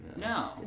No